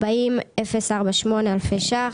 40,048 אלפי ₪,